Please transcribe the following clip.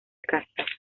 castas